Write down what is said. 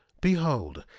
behold,